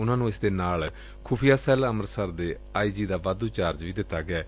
ਉਨੂਾ ਨੂੰ ਇਸ ਦੇ ਨਾਲ ਖੁਫ਼ੀਆ ਸੈੱਲ ਅੰਮ੍ਰਿਤਸਰ ਦੇ ਆਈ ਜੀ ਦਾ ਵਾਧੁ ਚਾਰਜ ਵੀ ਦਿੱਤਾ ਗਿਐ